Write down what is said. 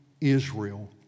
Israel